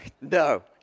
No